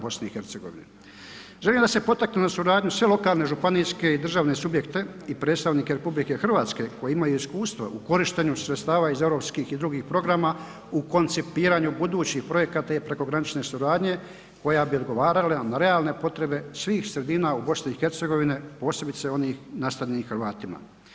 Želim da se potaknu na suradnju sve lokalne, županijske i državne subjekte i predstavnike RH koji imaju iskustva u korištenju sredstava iz europskih i drugih programa u koncipiranju budućih projekata e-prekogranične suradnje koja bi odgovarala na realne potrebe svih sredina u BiH posebice onih nastanjenih Hrvatima.